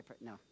No